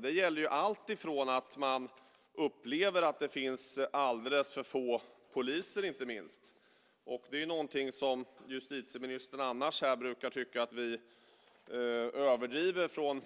Det kan gälla till exempel att man upplever att det finns alldeles för få poliser. Det är något som justitieministern annars tycker att vi från